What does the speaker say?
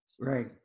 right